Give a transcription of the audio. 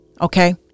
Okay